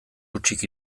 hutsik